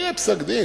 יהיה פסק-דין,